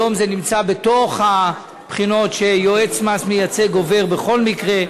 היום זה נמצא בתוך הבחינות שיועץ מס מייצג עובר בכל מקרה.